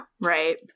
right